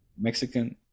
Mexican